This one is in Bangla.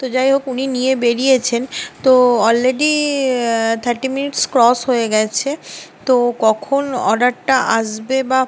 তো যাই হোক উনি নিয়ে বেড়িয়েছেন তো অলরেডি থার্টি মিনিটস ক্রস হয়ে গেছে তো কখন অর্ডারটা আসবে বা